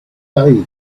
day